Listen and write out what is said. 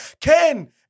Ken